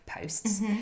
posts